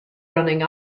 running